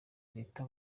leta